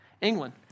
England